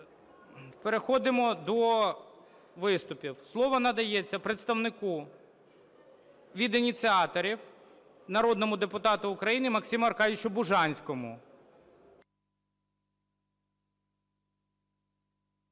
переходимо до виступів. Слово надається представнику від ініціаторів народному депутату України Максиму Аркадійовичу Бужанському.